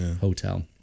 hotel